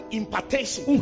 impartation